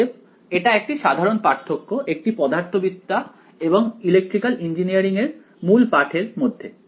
অতএব এটা একটি সাধারণ পার্থক্য একটি পদার্থবিদ্যা এবং ইলেকট্রিক্যাল ইঞ্জিনিয়ারিং এর মূলপাঠ এর মধ্যে